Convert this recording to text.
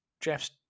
Jeff's